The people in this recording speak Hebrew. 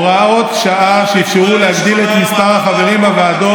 הוראות שעה שאפשרו להגדיל את מספר החברים בוועדות,